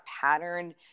pattern